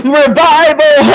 revival